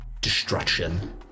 destruction